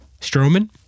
Strowman